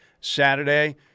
Saturday